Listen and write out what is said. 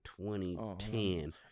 2010